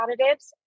additives